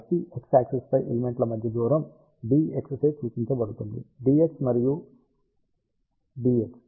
కాబట్టి x axis పై element ల మధ్య దూరం dx చే సూచించబడుతుంది dx మరియు dx